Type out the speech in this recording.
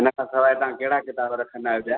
इनखां सवाइ तव्हां कहिड़ा किताब रखंदा आहियो ॿिया